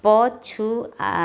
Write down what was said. ପଛୁଆ